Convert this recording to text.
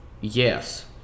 Yes